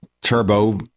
turbo